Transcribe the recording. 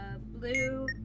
blue